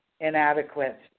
inadequate